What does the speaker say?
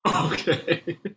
Okay